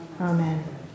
Amen